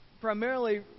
primarily